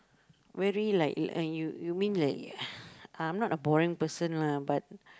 very like like you you mean that I'm not a boring person lah but